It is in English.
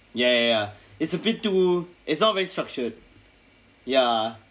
ya ya ya it's a bit too it's not very structured ya